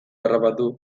harrapatu